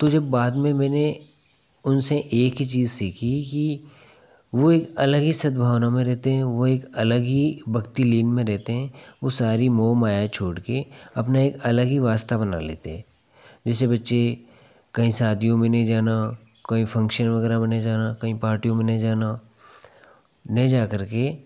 तो जब बाद में मैंने उनसे एक ही चीज़ सीखी कि वो एक अलग ही सद्भावना में रहेते हैं वो एक अलग ही भक्ति लीन में रहते हैं वो सारी मोह माया छोड़ कर अपना एक अलग ही वास्ता बना लेते हैं जैसे बच्चे कहीं शादियों में नहीं जाना कहीं फ़ंक्शन वगैरह में नहीं जाना कहीं पार्टियों में नहीं जाना नहीं जाकर के